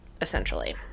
essentially